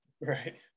Right